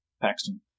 Paxton